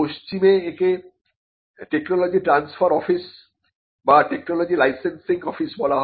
পশ্চিমে একে technology transfer office বা টেকনোলজি লাইসেন্সিং অফিস বলা হয়